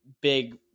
big